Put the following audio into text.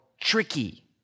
tricky